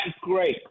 Great